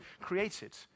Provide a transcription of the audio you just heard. created